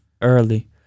early